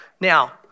Now